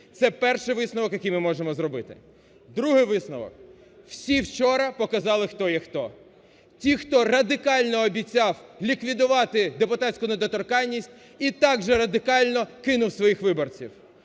це перший висновок, який ми можемо зробити. Другий висновок. Всі вчора показали хто є хто. Ті, хто радикально обіцяв ліквідувати депутатську недоторканність, і так же радикально кинув своїх виборців.